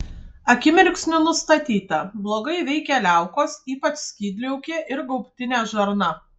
akimirksniu nustatyta blogai veikia liaukos ypač skydliaukė ir gaubtinė žarna